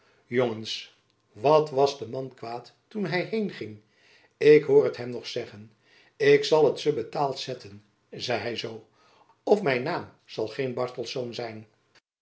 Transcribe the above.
jongens wat was de man kwaad toen hy heinging ik hoor het m nog zeggen ik zal het ze betaald zetten zei hy zoo of men naim zal gein bartelsz zijn